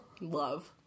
Love